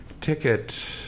ticket